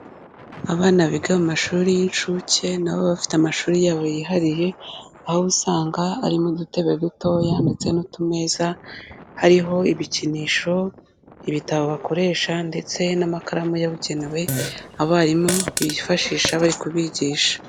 Abana biga mu mashuri y'inshuke na bo bafite amashuri yabo yihariye, aho usanga arimo udutebe dutoya ndetse n'utumeza, hariho ibikinisho, ibitabo bakoresha ndetse n'amakaramu yabugenewe abarimu bifashisha bari kubigisha.